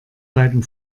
beiden